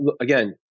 again